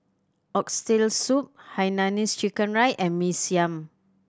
Oxtail Soup hainanese chicken rice and Mee Siam